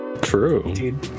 True